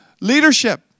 leadership